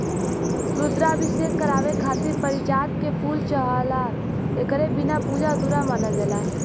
रुद्राभिषेक करावे खातिर पारिजात के फूल चाहला एकरे बिना पूजा अधूरा मानल जाला